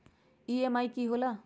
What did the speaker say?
EMI की होला?